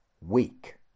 weak